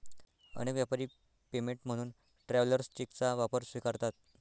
अनेक व्यापारी पेमेंट म्हणून ट्रॅव्हलर्स चेकचा वापर स्वीकारतात